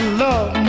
love